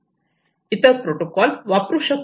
इतर प्रोटोकॉल वापरू शकतो